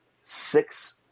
six